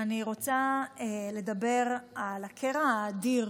אני רוצה לדבר על הקרע האדיר